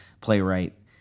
playwright